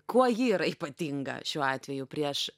kuo ji yra ypatinga šiuo atveju prieš